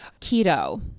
Keto